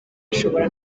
ashobora